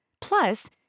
Plus